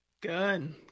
Good